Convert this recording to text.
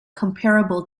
comparable